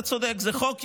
אתה צודק, זה חוק ישן.